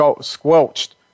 squelched